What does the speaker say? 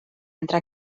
entre